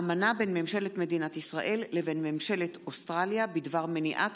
אמנה בין ממשלת מדינת ישראל לבין ממשלת אוסטרליה בדבר מניעת